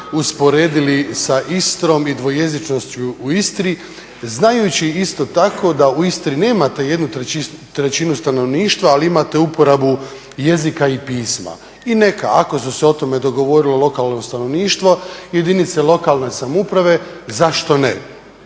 usporedili sa Istrom i sa dvojezičnošću u Istri znajući isto tako da u Istri nemate 1/3 stanovništva ali imate uporabu jezika i pisma. I nema, ako su se o tome dogovorili lokalno stanovništvo, jedinice lokalne samouprave zašto ne.